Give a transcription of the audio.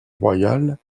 royale